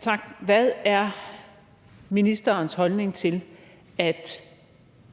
Tak. Hvad er ministerens holdning til, at